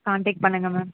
contact பண்ணுங்க ma'am